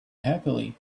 happily